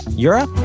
europe?